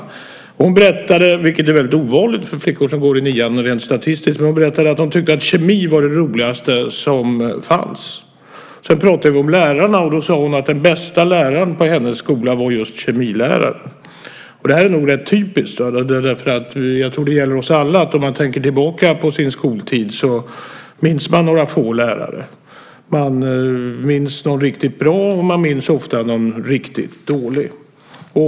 Hon berättade - och detta är väldigt ovanligt för flickor som går i nian och också rent statistiskt - att hon tyckte att kemi var det roligaste som fanns. Sedan pratade vi om lärarna, och då sade hon att den bästa läraren på hennes skola var just kemiläraren. Det här är nog rätt typiskt och något som väl gäller oss alla. Om man tänker tillbaka på sin skoltid minns man några få lärare. Man minns de riktigt bra och ofta också de riktigt dåliga lärarna.